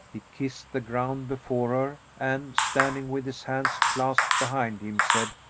he kissed the ground before her and, standing with his hands clasped behind him, said,